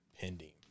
pending